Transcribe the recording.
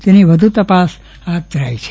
તેની વધુ તપાસ હાથ ધરી છે